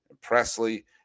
Presley